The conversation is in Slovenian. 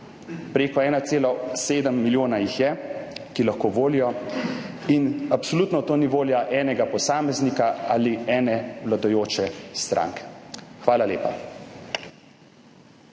prek 1,7 milijona jih je, ki lahko volijo, in absolutno to ni volja enega posameznika ali ene vladajoče stranke. Hvala lepa.